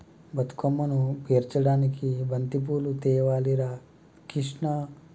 బతుకమ్మను పేర్చడానికి బంతిపూలు తేవాలి రా కిష్ణ